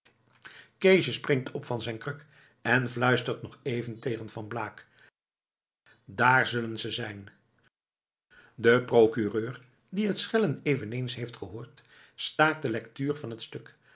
springt op van zijn kruk en fluistert nog even tegen van blaak daar zullen ze zijn de procureur die het schellen eveneens heeft gehoord staakt de lectuur van het stuk